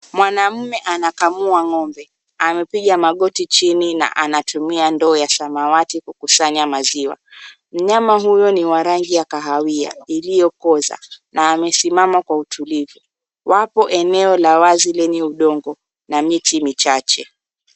Mwanaume anakamua ng'ombe, amepiga magoti chini na anatumia ndoo ya samawati kukusanya maziwa. Mnyama huyo ni wa rangi ya kahawia iliyopoza na amesimama kwa utulivu. Wapo eneo la wazi lenye udongo na miti michache.